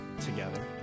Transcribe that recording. together